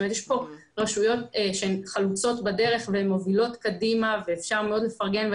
יש פה רשויות שהן חלוצות בדרך והן מובילות קדימה ואפשר מאוד לפרגן.